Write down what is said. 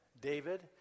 David